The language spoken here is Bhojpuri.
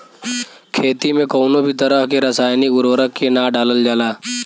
खेती में कउनो भी तरह के रासायनिक उर्वरक के ना डालल जाला